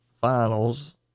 finals